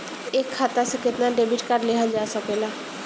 एक खाता से केतना डेबिट कार्ड लेहल जा सकेला?